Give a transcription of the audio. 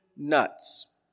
Nuts